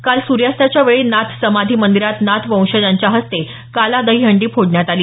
काल सूर्यास्ताच्या वेळी नाथ समाधी मंदिरात नाथ वंशजाच्या हस्ते काला दही हंडी फोडण्यात आली